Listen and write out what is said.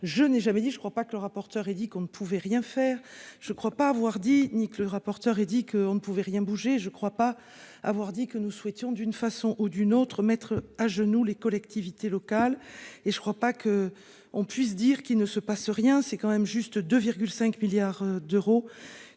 je n'ai jamais dit je ne crois pas que le rapporteur et dit qu'on ne pouvait rien faire. Je ne crois pas avoir dit nique le rapporteur et dit qu'on ne pouvait rien bouger, je ne crois pas avoir dit que nous souhaitions d'une façon ou d'une autre mettre à genoux les collectivités locales et je ne crois pas qu'. On puisse dire qu'il ne se passe rien c'est quand même juste de 5 milliards d'euros